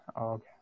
Okay